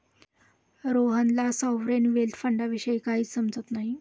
रोहनला sovereign wealth फंडाविषयी काहीच समजत नाही